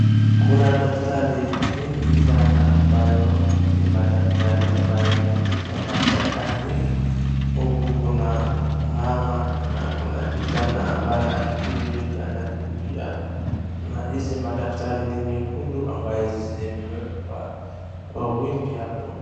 Kuna daftari mingi sana ambayo ni madaftari ambayo imeandikwa mashakani. Huku kuna mama na kuna kijana ambaye anakimbia na hizi madaftari ni nyekundu ambayo zimewekwa kwa wingi hapo.